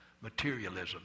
materialism